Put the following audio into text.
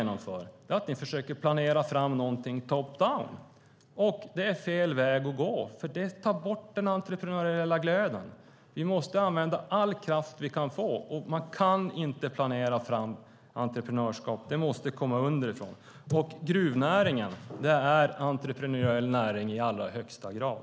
Ni försöker planera fram något top-down. Det är fel väg att gå. Det tar bort den entreprenöriella glöden. Vi måste använda all kraft vi kan få. Man kan inte planera fram entreprenörskap. Det måste komma underifrån. Gruvnäringen är en entreprenöriell näring i allra högsta grad.